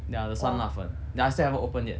ya the 酸辣粉 ya I still haven't open yet